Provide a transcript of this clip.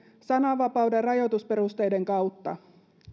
sananvapauden rajoitusperusteiden kautta